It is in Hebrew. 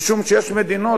משום שיש מדינות,